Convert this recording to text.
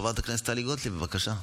חברת הכנסת טלי גוטליב, בבקשה.